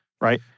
Right